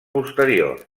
posterior